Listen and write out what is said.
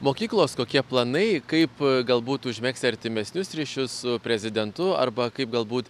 mokyklos kokie planai kaip galbūt užmegzti artimesnius ryšius su prezidentu arba kaip galbūt